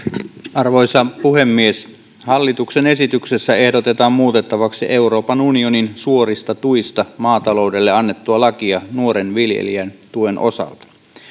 arvoisa puhemies hallituksen esityksessä ehdotetaan muutettavaksi euroopan unionin suorista tuista maataloudelle annettua lakia nuoren viljelijän tuen osalta